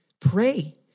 Pray